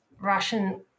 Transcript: Russian